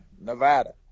Nevada